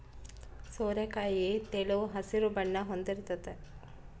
ಸೋರೆಕಾಯಿ ತೆಳು ಹಸಿರು ಬಣ್ಣ ಹೊಂದಿರ್ತತೆ